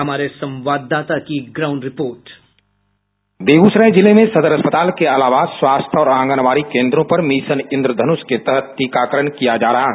हमारे संवाददाता की ग्राउंड रिपोर्ट बाईट संवाददाता बेगूसराय जिले में सदर अस्पताल के अलावा स्वास्थ्य और आंगनवाडी केंद्रों पर मिशन इंद्रधनुष के तहत टीकाकरण किया जा रहा है